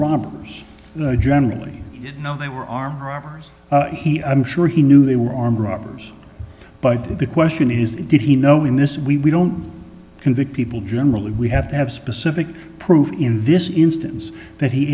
robbers generally he'd know they were armed robbers he i'm sure he knew they were armed robbers but i do the question is did he know in this we we don't convict people generally we have to have specific proof in this instance that he